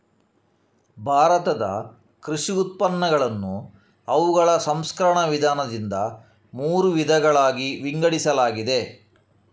ಭಾರತದ ಕೃಷಿ ಉತ್ಪನ್ನಗಳನ್ನು ಅವುಗಳ ಸಂಸ್ಕರಣ ವಿಧಾನದಿಂದ ಮೂರು ವಿಧಗಳಾಗಿ ವಿಂಗಡಿಸಲಾಗಿದೆ